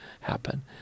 happen